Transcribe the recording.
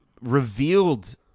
revealed